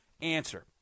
answer